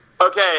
Okay